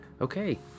Okay